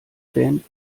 band